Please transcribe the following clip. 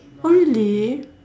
oh really